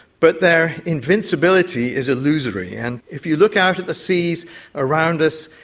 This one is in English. but their invincibility is illusory. and if you look out at the seas around us,